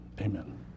Amen